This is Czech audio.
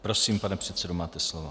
Prosím, pane předsedo, máte slovo.